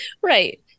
Right